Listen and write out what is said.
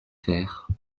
fer